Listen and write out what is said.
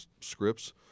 scripts